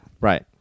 Right